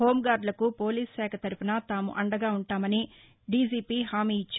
హోంగార్డులకు పోలీసుశాఖ తరపున తాము అండగా ఉంటామని డీజీపీ హామీ ఇచ్చారు